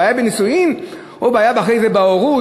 הבעיה בנישואין או הבעיה אחרי זה בהורות?